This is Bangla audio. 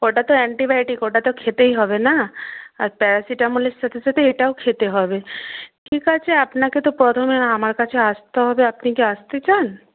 ওটা তো অ্যান্টিবায়োটিক ওটা তো খেতেই হবে না আর প্যারাসিটামলের সাথে সাথে এটাও খেতে হবে ঠিক আছে আপনাকে তো প্রথমে আমার কাছে আসতে হবে আপনি কি আসতে চান